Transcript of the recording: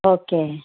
okay